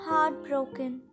Heartbroken